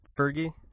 Fergie